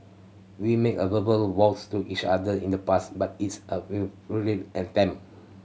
we made a verbal vows to each other in the past but it's a well fully attempt